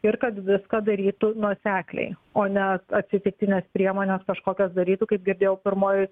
ir kad viską darytų nuosekliai o ne atsitiktines priemones kažkokias darytų kaip girdėjau pirmoj